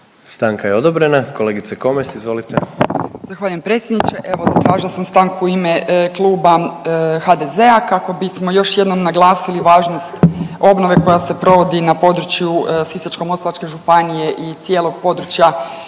Stanka je odobrena. Kolegice Komes, izvolite. **Komes, Magdalena (HDZ)** Zahvaljujem predsjedniče. Evo zatražila sam stanku u ime Kluba HDZ-a kako bismo još jednom naglasili važnost obnove koja se provodi na području Sisačko-moslavačke županije i cijelog područja